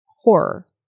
horror